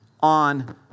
on